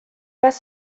pas